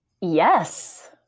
Yes